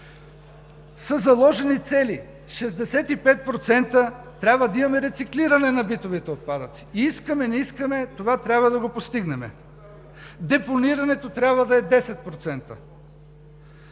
са заложени цели: 65% трябва да имаме рециклиране на битовите отпадъци. Искаме – не искаме, това трябва да го постигнем. Депонирането трябва да е 10%.